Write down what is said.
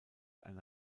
eine